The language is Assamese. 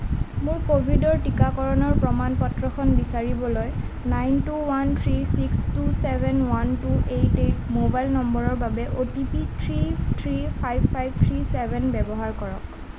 মোৰ ক'ভিডৰ টীকাকৰণৰ প্ৰমাণ পত্ৰখন বিচাৰিবলৈ nine two one three six two seven one two eight eight mobile নম্বৰৰ বাবে O T P three three five five three seven ব্যৱহাৰ কৰক